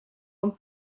een